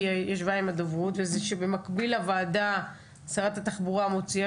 וזה שבמקביל לוועדה שרת התחבורה מוציאה